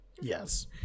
Yes